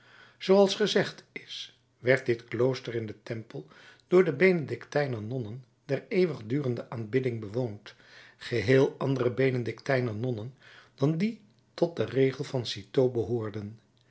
zooals gezegd is werd dit klooster in den tempel door de benedictijner nonnen der eeuwigdurende aanbidding bewoond geheel andere benedictijner nonnen dan die tot den regel van citeaux behoorden